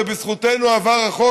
ובזכותנו עבר החוק,